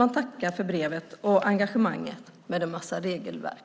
Man tackar för brevet och engagemanget med en massa regelverk.